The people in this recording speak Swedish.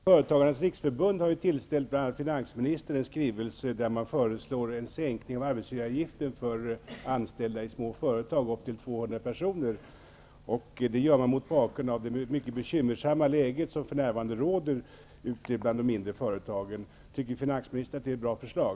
Fru talman! Företagarnas riksförbund har tillställt bl.a. finansministern en skrivelse där man föreslår en sänkning av arbetsgivaravgiften för anställda i små företag, företag med upp till 200 anställda. Detta har gjorts mot bakgrund av det för närvarande mycket bekymmersamma läget för de mindre företagen. Tycker finansministern att det är ett bra förslag?